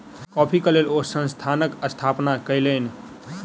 coffee के लेल ओ संस्थानक स्थापना कयलैन